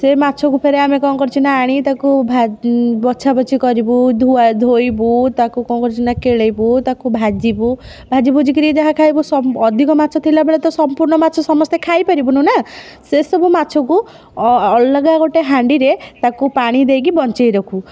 ସେ ମାଛକୁ ଫେରେ ଆମେ କ'ଣ କରିଛୁ ନା ଆମେ ଆଣିକି ତା'କୁ ଭା ବଛା ବଛି କରିବୁ ଧୁଆ ଧୋଇବୁ ତା'କୁ କ'ଣ କରିଛୁ ନା କେଳେଇବୁ ତାକୁ ଭାଜିବୁ ଭାଜିଭୁଜି କିରି ଯାହା ଖାଇବୁ ସ ଅଧିକ ମାଛ ଥିଲାବେଳେ ତ ସମ୍ପୂର୍ଣ୍ଣ ମାଛ ସମସ୍ତେ ଖାଇ ପାରିବୁନି ନା ସେ ସବୁ ମାଛକୁ ଅ ଅଲଗା ଗୋଟେ ହାଣ୍ଡିରେ ତା'କୁ ପାଣି ଦେଇକି ବଞ୍ଚେଇ ରଖୁ